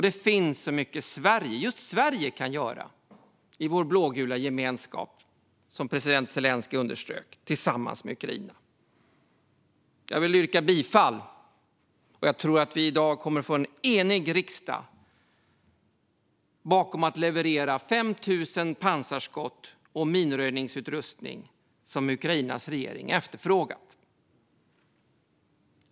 Det finns så mycket som just Sverige kan göra i vår blågula gemenskap, som president Zelenskyj underströk, tillsammans med Ukraina. Jag vill yrka bifall till förslaget. Jag tror att det i dag kommer att bli en enig riksdag som står bakom att leverera 5 000 pansarskott och minröjningsutrustning som Ukrainas regering har efterfrågat.